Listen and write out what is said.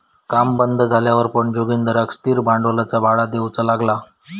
काम बंद झाल्यावर पण जोगिंदरका स्थिर भांडवलाचा भाडा देऊचा लागला